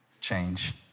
change